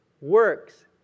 works